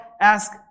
ask